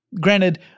Granted